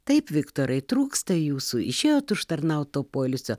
taip viktorai trūksta jūsų išėjot užtarnauto poilsio